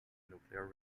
nuclear